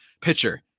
pitcher